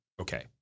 okay